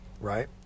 right